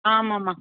ஆமாம்மா